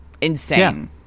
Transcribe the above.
Insane